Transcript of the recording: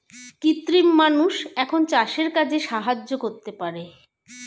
কৃত্রিম মানুষ এখন চাষের কাজে সাহায্য করতে পারে